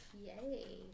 Yay